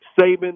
Saban